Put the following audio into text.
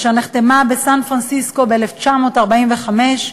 אשר נחתמה בסן-פרנסיסקו ב-1945,